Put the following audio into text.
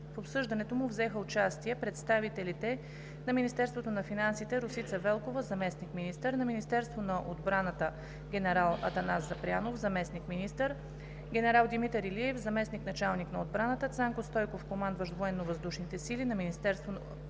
В обсъждането му взеха участие представителите на Министерството на финансите: Росица Велкова – заместник министър; на Министерството на отбраната: генерал Атанас Запрянов – заместник–министър, генерал Димитър Илиев – заместник-началник на отбраната, Цанко Стойков – командващ Военновъздушните сили; на Министерството на икономиката: